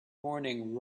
morning